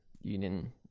Union